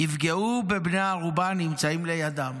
הם יפגעו בבני הערובה הנמצאים בידם.